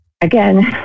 again